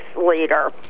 leader